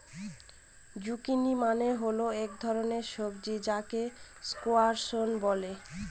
zucchini মানে হল এক ধরনের সবজি যাকে স্কোয়াশ বলে